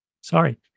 sorry